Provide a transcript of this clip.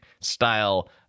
style